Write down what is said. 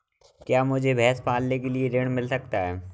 क्या मुझे भैंस पालने के लिए ऋण मिल सकता है?